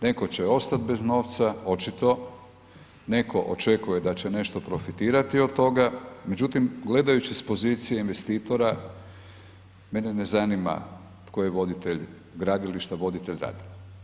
Netko će ostati bez novca, netko očekuje da će nešto profitirati od toga, međutim, gledajući s pozicije investitora, mene ne zanima tko je voditelj gradilišta, voditelj rada.